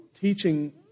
teaching